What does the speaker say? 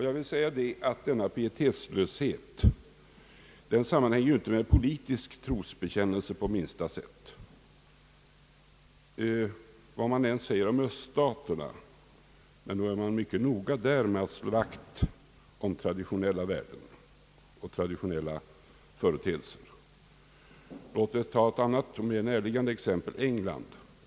Jag vill säga att denna pietetslöshet inte sammanhänger med politisk trosbekännelse på minsta sätt. Vad vi än kan säga om öststaterna, inte kan vi förneka att man där är mycket noga med att slå vakt om traditionella värden och traditionella företeelser. Låt mig ta ett annat mera närliggande exempel, England.